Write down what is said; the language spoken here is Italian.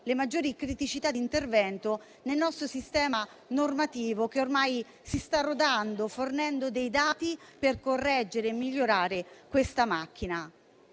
le maggiori criticità di intervento nel nostro sistema normativo che ormai si sta rodando e si sta arricchendo di dati per correggere e migliorare questa macchina.